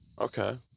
Okay